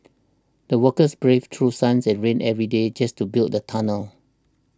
the workers braved through suns and rain every day just to build the tunnel